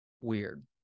weird